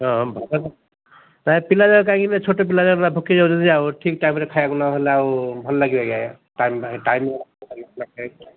ହଁ ନାଇଁ ପିଲାଯାକ କାହିଁକିନା ଛୋଟ ପିଲା ଥକି ଯାଉଛନ୍ତି ଆଉ ଠିକ୍ ଟାଇମ୍ରେ ଖାଇବାକୁ ନହେଲେ ଆଉ ଭଲ ଲାଗିବ ଆଜ୍ଞା ଟାଇମରେ ପିଲା ନ ଖାଇଲେ